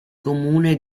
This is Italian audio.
comune